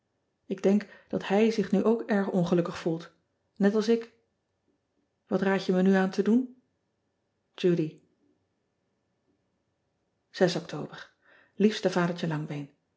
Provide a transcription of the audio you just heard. k denk dat hij zich nu ook erg ongelukkig voelt net als ik at raad je me nu aan te doen udy ctober iefste adertje angbeen